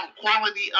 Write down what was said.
quality